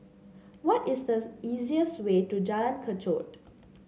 what is the easiest way to Jalan Kechot